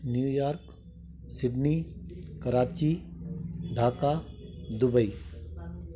New York Sydney Karachi Dhaka Dubai